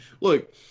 look